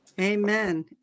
Amen